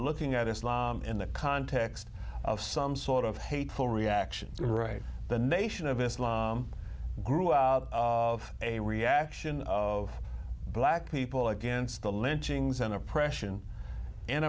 looking at islam in the context of some sort of hateful reaction right the nation of islam grew out of a reaction of black people against the lynchings and oppression